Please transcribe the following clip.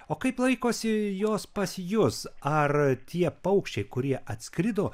o kaip laikosi jos pas jus ar tie paukščiai kurie atskrido